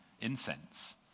incense